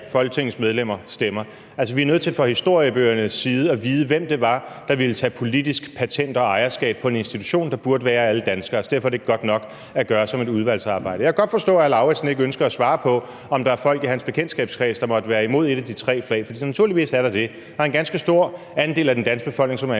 folketingsmedlemmer stemmer. Altså, vi er nødt til for historiebøgernes skyld at vide, hvem det var, der ville tage politisk patent og ejerskab til en institution, der burde være alle danskeres. Derfor er det ikke godt nok at gøre det som et udvalgsarbejde. Jeg kan godt forstå, at hr. Karsten Lauritzen ikke ønsker at svare på, om der er folk i hans bekendtskabskreds, der måtte være imod et af de tre flag, for naturligvis er der det. Der er en ganske stor andel af den danske befolkning, som er